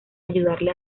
ayudarle